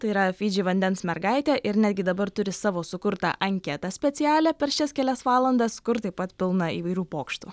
tai yra fidži vandens mergaitė ir netgi dabar turi savo sukurtą anketą specialią per šias kelias valandas kur taip pat pilna įvairių pokštų